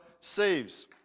saves